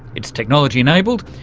it's technology-enabled,